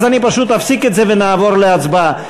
אני פשוט אפסיק את זה ונעבור להצבעה.